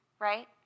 right